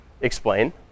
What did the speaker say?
explain